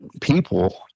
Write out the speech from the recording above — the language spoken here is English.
people